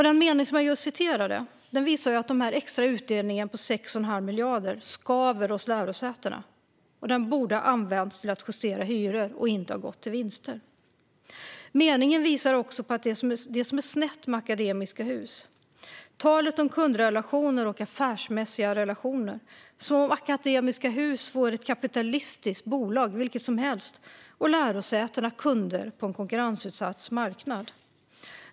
Den mening jag just nämnde visar att den extra utdelningen på 6 1⁄2 miljard skaver hos lärosätena och borde ha använts till att justera hyror, inte till vinster. Meningen visar också på det som är snett med Akademiska Hus: talet om kundrelationer och affärsmässiga relationer, som om Akademiska Hus vore vilket kapitalistiskt bolag som helst och lärosätena kunder på en konkurrensutsatt marknad.